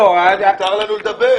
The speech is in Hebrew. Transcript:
מותר לנו לדבר.